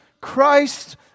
Christ